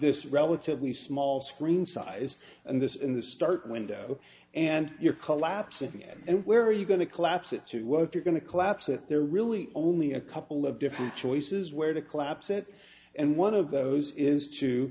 this relatively small screen size and this in the start window and you're collapsing and where are you going to collapse it to work you're going to collapse that there really only a couple of different choices where to collapse it and one of those is t